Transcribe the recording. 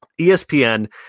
ESPN